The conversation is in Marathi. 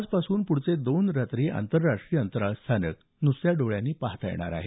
आजपासून पुढील तीन रात्री आंतरराष्ट्रीय अंतराळ स्थानक नुसत्या डोळ्यांनी पहायला मिळणार आहे